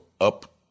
up